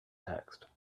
text